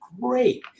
great